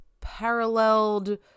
paralleled